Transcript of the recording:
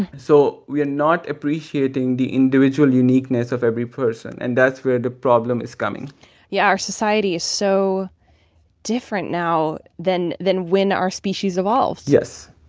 and so we are not appreciating the individual uniqueness of every person, and that's where the problem is coming yeah. our society is so different now than than when our species evolved. yes.